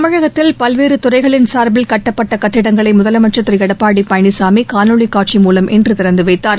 தமிழகத்தில் பல்வேறு துறைகளின் சார்பில் கட்டப்பட்ட கட்டிடங்களை முதலமைச்சர் திரு எடப்பாடி பழனிசாமி காணொலி காட்சி மூலம் இன்று திறந்துவைத்தார்